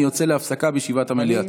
אני יוצא להפסקה מישיבת המליאה.